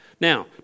Now